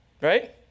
right